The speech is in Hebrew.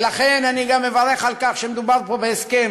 ולכן אני גם מברך על כך שמדובר פה בהסכם,